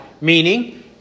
Meaning